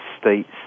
states